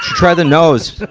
try the nose.